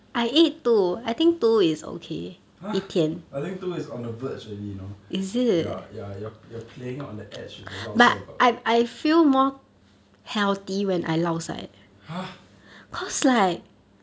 !huh! I think two is on the verge already you know you are you are playing on the edge with the lao sai god !huh!